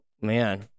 Man